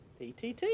TTT